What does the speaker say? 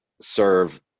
serve